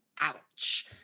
ouch